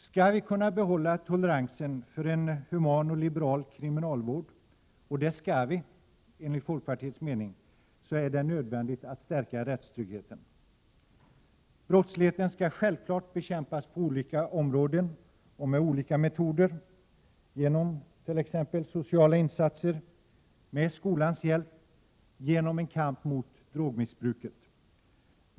Skall vi kunna tolerera en human och liberal kriminalvård, vilket vi enligt folkpartiets mening skall, är det nödvändigt att stärka rättstryggheten. Brottsligheten skall självfallet bekämpas på olika områden och med olika metoder, t.ex. genom sociala insatser, med skolans hjälp och genom en kamp mot drogmissbruket.